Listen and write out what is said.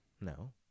No